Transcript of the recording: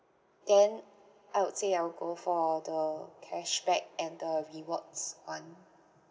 then I would say I'll go for the cashback and the rewards one